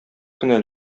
кенә